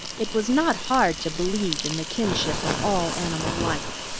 it was not hard to believe in the kinship of all animal life.